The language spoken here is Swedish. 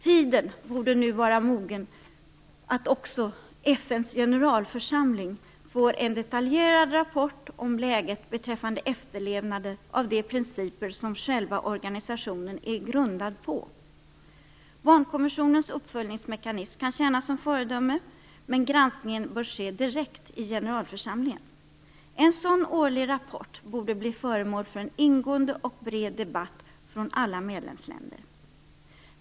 Tiden borde nu vara mogen för att också FN:s generalförsamling får en detaljerad rapport om läget beträffande efterlevnaden av de principer som själva organisationen är grundad på. Barnkonventionens uppföljningsmekanism kan tjäna som föredöme, men granskningen bör ske direkt i generalförsamlingen. En sådan årlig rapport borde bli föremål för en ingående och bred debatt mellan alla medlemsländer.